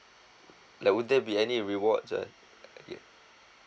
like would there be any rewards uh ya